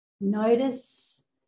Notice